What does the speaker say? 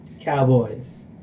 Cowboys